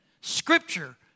Scripture